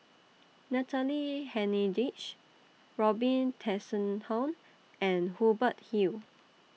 Natalie Hennedige Robin Tessensohn and Hubert Hill